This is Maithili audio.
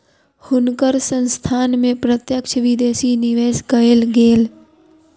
हुनकर संस्थान में प्रत्यक्ष विदेशी निवेश कएल गेल